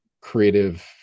creative